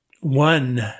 One